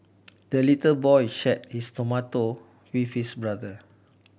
the little boy shared his tomato with his brother